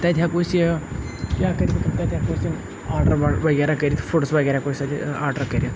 تَتہِ ہیٚکو أسۍ یہِ کیاہ کٔرِتھ تَتہِ ہیٚکو أسۍ یِم آرڈَر واڈر وغیرہ کٔرِتھ فوڈٕس وغیرہ ہیٚکو أسۍ تَتہِ آرڈَر کٔرِتھ